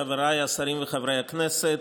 חבריי השרים וחברי הכנסת,